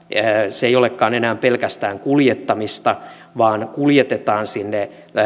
se ei olekaan enää pelkästään kuljettamista vaan kuljetetaan sinne